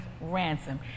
ransom